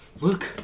look